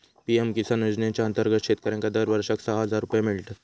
PM Kisan योजनेच्या अंतर्गत शेतकऱ्यांका दरवर्षाक सहा हजार रुपये मिळतत